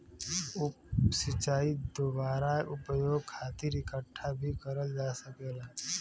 उप सिंचाई दुबारा उपयोग खातिर इकठ्ठा भी करल जा सकेला